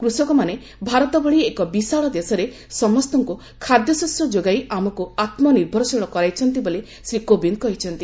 କୃଷକମାନେ ଭାରତ ଭଳି ଏକ ବିଶାଳ ଦେଶରେ ସମସ୍ତଙ୍କୁ ଖାଦ୍ୟଶସ୍ୟ ଯୋଗାଇ ଆମକୁ ଆତ୍ମନିର୍ଭରଶୀଳ କରାଇଛନ୍ତି ବୋଲି ଶ୍ରୀ କୋବିନ୍ଦ କହିଛନ୍ତି